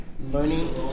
Learning